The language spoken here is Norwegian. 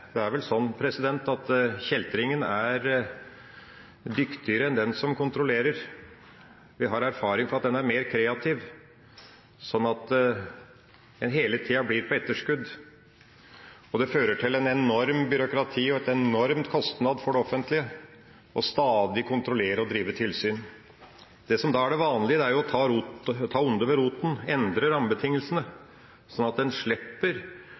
det er vel sånn at kjeltringen er dyktigere enn den som kontrollerer. Vi har erfaring med at kjeltringen er mer kreativ, sånn at en hele tida blir på etterskudd, og det fører til et enormt byråkrati og en enorm kostnad for det offentlige stadig å kontrollere og drive med tilsyn. Det som er det vanlige, er å ta ondet ved roten; endre rammebetingelsene, sånn at man slipper